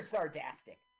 Sardastic